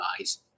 eyes